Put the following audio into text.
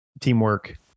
teamwork